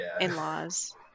in-laws